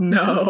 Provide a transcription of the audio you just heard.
no